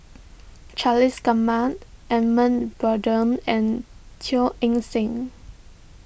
Charles Gamba Edmund Blundell and Teo Eng Seng